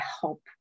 help